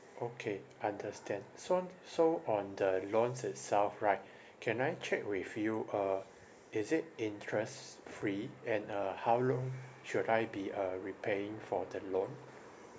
okay understand so so on the loans itself right can I check with you uh is it interest free and uh how long should I be uh repaying for the loan